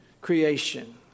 creation